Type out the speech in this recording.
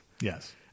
Yes